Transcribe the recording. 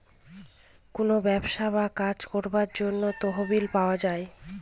কোনো ব্যবসা বা কাজ করার জন্য তহবিল পাওয়া যায়